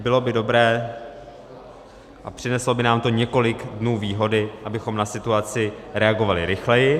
Bylo by dobré a přineslo by nám to několik dnů výhody, abychom na situaci reagovali rychleji.